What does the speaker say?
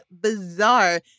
bizarre